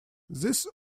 this